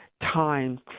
time